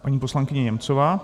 Paní poslankyně Němcová.